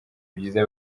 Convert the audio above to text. byiza